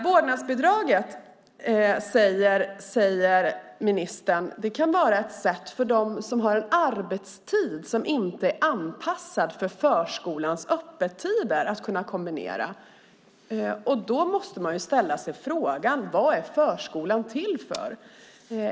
Ministern säger att vårdnadsbidraget kan vara ett sätt för dem som har en arbetstid som inte är anpassad till förskolans öppettider att kunna kombinera. Då måste man ju fråga sig: Vad är förskolan till för?